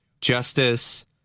justice